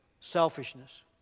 Selfishness